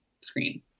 screen